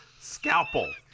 Scalpel